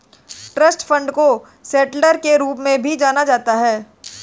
trust fund को settler के रूप में जाना जाता है